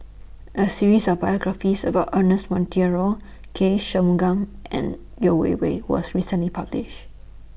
A series of biographies about Ernest Monteiro K Shanmugam and Yeo Wei Wei was recently published